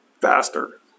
faster